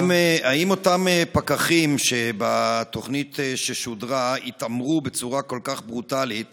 האם אותם פקחים שבתוכנית ששודרה התעמרו בצורה כל כך ברוטלית